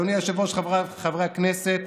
אדוני היושב-ראש, חבריי חברי הכנסת,